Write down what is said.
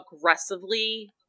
aggressively